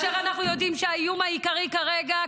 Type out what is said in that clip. אנחנו יודעים שהאיום העיקרי כרגע,